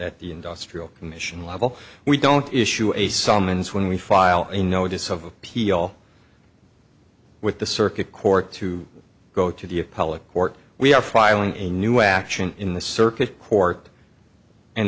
at the industrial commission level we don't issue a summons when we file a notice of appeal with the circuit court to go to the appellate court we are filing a new action in the circuit court and